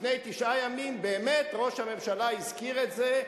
לפני תשעה ימים באמת ראש הממשלה הזכיר את זה,